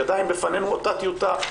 היא עדיין בפנינו, אותה טיוטה,